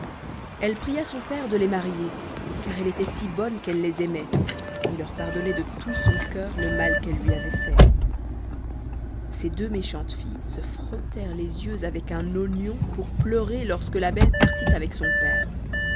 elle pria son père de les marier car elle était si bonne qu'elle les aimait et leur pardonnait de tout son cœur le mal qu'elles lui avaient fait ces deux méchantes filles se frottaient les yeux avec un oignon pour pleurer lorsque la belle partit avec son père